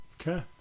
Okay